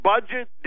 budget